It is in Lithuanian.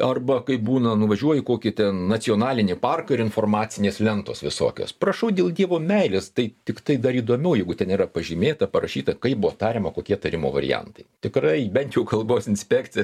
arba kaip būna nuvažiuoji į kokį ten nacionalinį parką ir informacinės lentos visokios prašau dėl dievo meilės tai tiktai dar įdomiau jeigu ten yra pažymėta parašyta kaip buvo tariama kokie tarimo variantai tikrai bent jau kalbos inspekcija